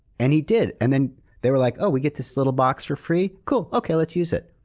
and he did. and then they were like, oh, we get this little box for free? cool. okay. let's use it.